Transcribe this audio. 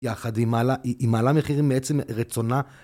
יחד היא מעלה, היא מעלה מחירים בעצם רצונה.